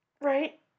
right